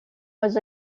was